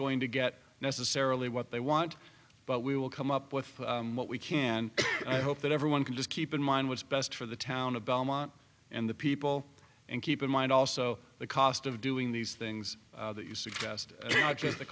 going to get necessarily what they want but we will come up with what we can i hope that everyone can just keep in mind what's best for the town of belmont and the people and keep in mind also the cost of doing these things that you suggest